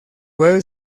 web